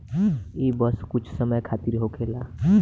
ई बस कुछ समय खातिर होखेला